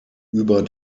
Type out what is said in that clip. über